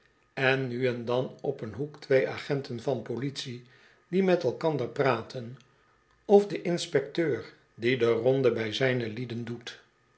en nu en dan op een hoek twee agenten van politie die met elkander praten of den inspecteur die de ronde bij zijne lieden doet